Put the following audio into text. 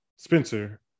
Spencer